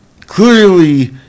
Clearly